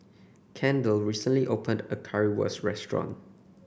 Kendell recently opened a Currywurst restaurant